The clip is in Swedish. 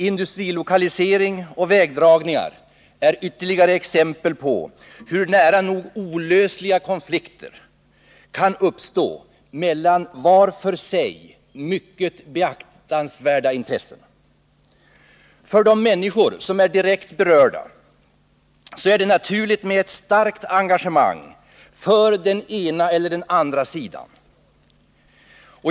Industrilokaliseringar och vägdragningar är ytterligare exempel på hur nära nog olösliga konflikter kan uppstå mellan var för sig mycket beaktansvärda intressen. För de människor som är direkt berörda är det naturligt med ett starkt engagemang för den ena eller den andra sidan.